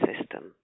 system